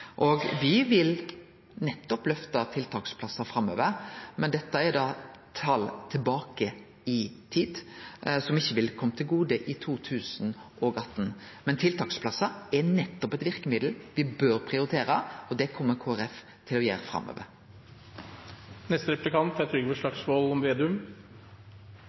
vil løfte tiltaksplassar framover, men dette er tal tilbake i tid, som ikkje ville ha kome til gode i 2018. Men tiltaksplassar er nettopp eit verkemiddel me bør prioritere, og det kjem Kristeleg Folkeparti til å gjere